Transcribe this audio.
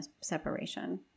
separation